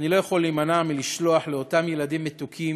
אני לא יכול להימנע מלשלוח לאותם ילדים מתוקים